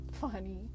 funny